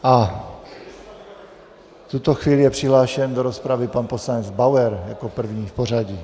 V tuto chvíli je přihlášen do rozpravy pan poslanec Bauer jako první v pořadí.